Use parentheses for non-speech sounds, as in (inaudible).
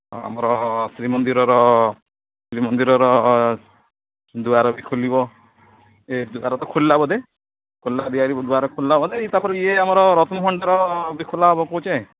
ଆଉ ଆମର ଶ୍ରୀମନ୍ଦିରର ଶ୍ରୀମନ୍ଦିରର ଦ୍ୱାର ବି ଖୋଲିବ ଏ ଦୁଆର ତ ଖୋଲିଲା ବୋଧେ ଖୋଲିଲା (unintelligible) ଦୁଆର ଖୋଲିଲା ବୋଧେ ଏ ତା'ପରେ ଇଏ ଆମର ରତ୍ନ ଭଣ୍ଡାର ବି ଖୋଲାହେବ କହୁଛେ